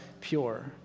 pure